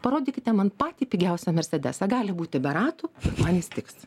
parodykite man patį pigiausią mersedesą gali būti be ratų man jis tiks